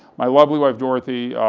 my lovely wife dorothy,